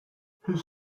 his